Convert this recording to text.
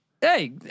Hey